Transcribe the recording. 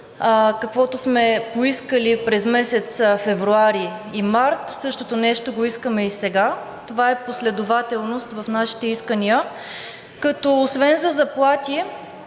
каквото сме поискали през месеците февруари и март, същото нещо го искаме и сега. Това е последователност в нашите искания,